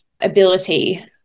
ability